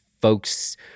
folks